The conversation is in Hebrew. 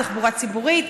תחבורה ציבורית,